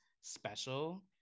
special